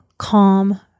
calm